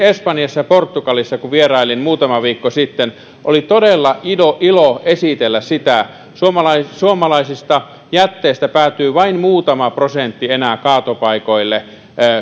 kun vierailin espanjassa ja portugalissa muutama viikko sitten oli todella ilo esitellä sitä suomalaisista jätteistä päätyy vain muutama prosentti enää kaatopaikoille